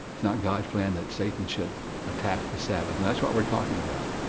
not god's plan that satan should attack the sabbath. and that's what we're talking about.